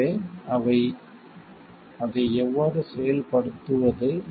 எனவே அதை எவ்வாறு செயல்படுத்துவது